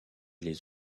les